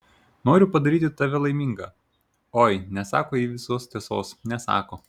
noriu padaryti tave laimingą oi nesako ji visos tiesos nesako